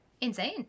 insane